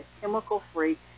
chemical-free